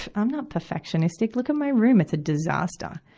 i'm not perfectionistic. look at my room it's a disaster.